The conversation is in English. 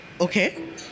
okay